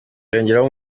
yongeraho